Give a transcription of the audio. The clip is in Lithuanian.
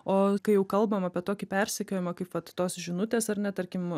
o kai jau kalbam apie tokį persekiojimą kaip vat tos žinutės ar ne tarkim